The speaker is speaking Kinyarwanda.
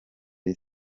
iri